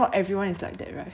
ya and then now like